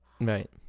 Right